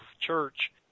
church